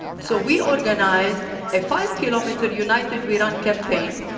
so we organized a five-kilometer united we run campaign.